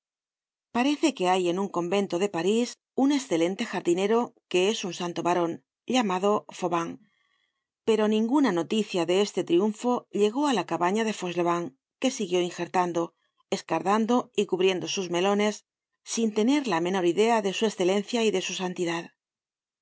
parece que hay en un convento de parís un escelente jardinero que es un santo varon llamado fauvan pero ninguna noticia de este triunfo llegó á la cabana de fauchelevent que siguió ingertando escardando y cubriendo sus melones sin tener la menor idea de su cscclencia y de su santidad